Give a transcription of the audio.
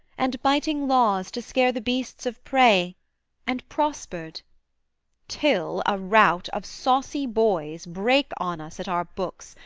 and biting laws to scare the beasts of prey and prospered till a rout of saucy boys brake on us at our books,